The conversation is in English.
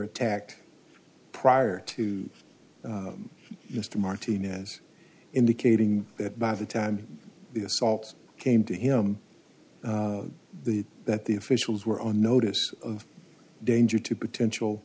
attacked prior to mr martinez indicating that by the time the assaults came to him the that the officials were on notice of danger to potential